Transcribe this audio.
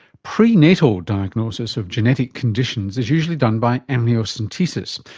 pre-natal diagnosis of genetic conditions is usually done by amniocentesis,